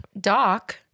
Doc